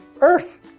earth